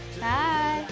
Bye